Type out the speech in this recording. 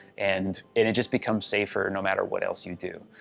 and it and just becomes safer no matter what else you do.